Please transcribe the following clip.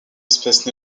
espèce